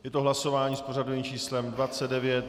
Je to hlasování s pořadovým číslem 29.